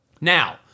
Now